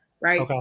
right